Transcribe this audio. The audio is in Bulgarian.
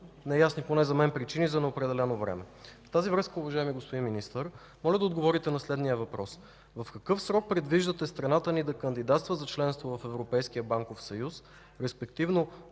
неясни поне за мен причини за неопределено време. В тази връзка, уважаеми господин Министър, моля да отговорите на следния въпрос: в какъв срок предвиждате страната ни да кандидатства за членство в Европейския банков съюз, респективно